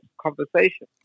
conversation